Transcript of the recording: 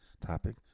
Topic